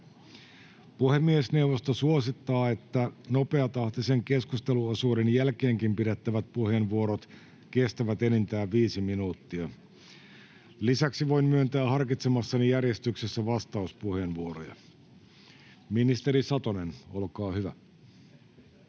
Puhemiesneuvosto suosittaa, että nopeatahtisen keskusteluosuuden jälkeenkin pidettävät puheenvuorot kestävät enintään viisi minuuttia. Lisäksi voin myöntää harkitsemassani järjestyksessä vastauspuheenvuoroja. — Ministeri Satonen, olkaa hyvä.